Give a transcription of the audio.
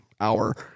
hour